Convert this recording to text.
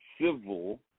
civil